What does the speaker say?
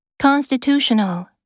Constitutional